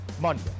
Monday